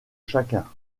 chacun